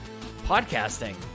podcasting